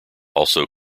also